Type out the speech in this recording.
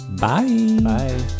bye